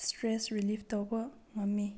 stress relief ꯇꯧꯕ ꯉꯝꯃꯤ